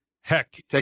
heck